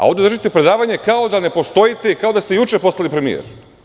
Ovde držite predavanje kao da ne postojite i kao da ste juče postali premijer.